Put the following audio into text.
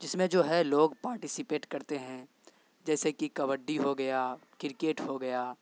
جس میں جو ہے لوگ پارٹیسپیٹ کرتے ہیں جیسے کہ کبڈی ہو گیا کرکٹ ہو گیا